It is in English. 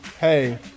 hey